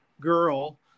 girl